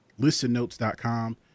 ListenNotes.com